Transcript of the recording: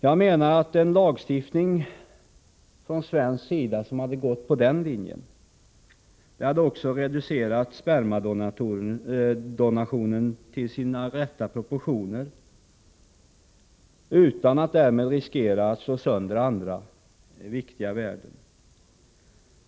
Jag menar att en svensk lagstiftning som gått på den linjen också hade reducerat spermadonationen till dess rätta proportioner, utan att riskera att därmed slå sönder andra viktiga värden.